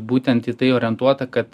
būtent į tai orientuota kad